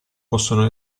possono